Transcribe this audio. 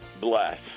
bless